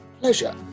pleasure